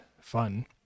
fun